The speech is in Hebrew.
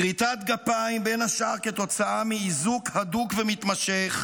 כריתת גפיים, בין השאר כתוצאה מאיזוק הדוק ומתמשך,